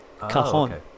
Cajon